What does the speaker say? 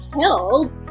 help